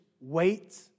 wait